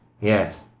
Yes